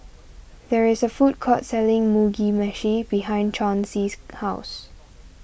there is a food court selling Mugi Meshi behind Chauncey's house